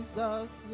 Jesus